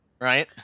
right